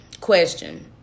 question